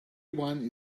one